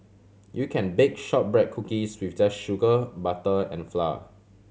you can bake shortbread cookies with just sugar butter and flour